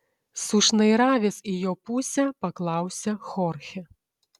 sušnairavęs į jo pusę paklausė chorchė